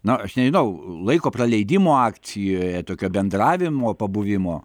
na aš nežinau laiko praleidimo akcijoje tokio bendravimo pabuvimo